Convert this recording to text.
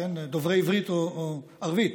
דוברי עברית או ערבית,